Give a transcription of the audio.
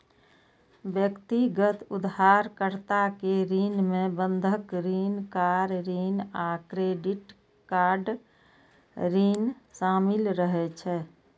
व्यक्तिगत उधारकर्ता के ऋण मे बंधक ऋण, कार ऋण आ क्रेडिट कार्ड ऋण शामिल रहै छै